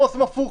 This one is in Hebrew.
כאן עושים הפוך.